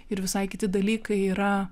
ir visai kiti dalykai yra